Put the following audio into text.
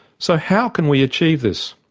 so how can we achieve this?